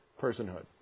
personhood